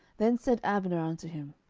then said abner unto him,